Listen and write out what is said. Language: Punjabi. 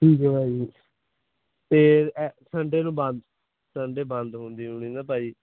ਠੀਕ ਆ ਭਾਅ ਜੀ ਤੇ ਸੰਡੇ ਨੂੰ ਬੰਦ ਸੰਡੇ ਬੰਦ ਹੁੰਦੀ ਨਾ ਭਾਅ ਜੀ